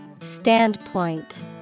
Standpoint